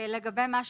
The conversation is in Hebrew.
יהודה מירון,